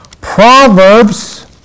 Proverbs